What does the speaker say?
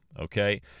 Okay